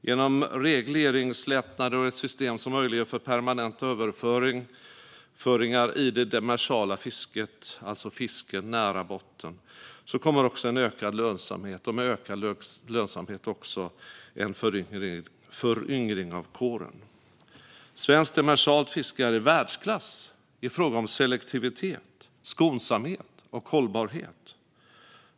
Genom regleringslättnader och ett system som möjliggör för permanenta överföringar i det demersala fisket - alltså fisket nära botten - kommer en ökad lönsamhet, och med ökad lönsamhet kommer också en föryngring av kåren. Svenskt demersalt fiske är i världsklass i fråga om selektivitet, skonsamhet och hållbarhet.